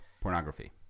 pornography